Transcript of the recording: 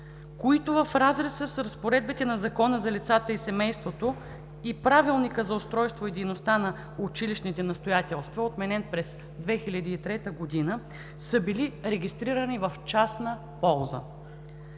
които в разрез с разпоредбите на Закона за лицата и семейството и Правилника за устройството и дейността на училищните настоятелства, отменен през 2003 г., са били регистрирани в частна полза.